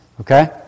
okay